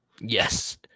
Yes